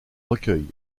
recueils